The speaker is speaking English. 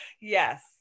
Yes